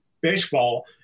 baseball